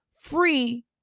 free